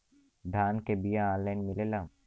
धान के बिया ऑनलाइन मिलेला?